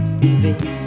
baby